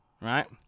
Right